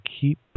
keep